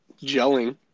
gelling